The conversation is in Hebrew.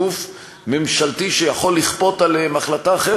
גוף ממשלתי שיכול לכפות עליהם החלטה אחרת,